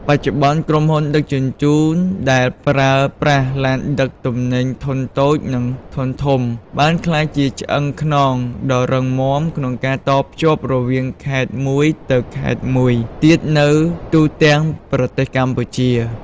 បច្ចុប្បន្ន ក្រុមហ៊ុនដឹកជញ្ជូនដែលប្រើប្រាស់ឡានដឹកទំនិញធុនតូចនិងធុនធំបានក្លាយជាឆ្អឹងខ្នងដ៏រឹងមាំក្នុងការតភ្ជាប់រវាងខេត្តមួយទៅខេត្តមួយទៀតនៅទូទាំងប្រទេសកម្ពុជា។